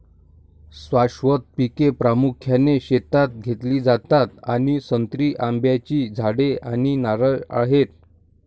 शाश्वत पिके प्रामुख्याने शेतात घेतली जातात आणि संत्री, आंब्याची झाडे आणि नारळ आहेत